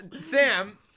Sam